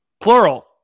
Plural